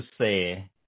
say